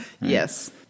Yes